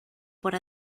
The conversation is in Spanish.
por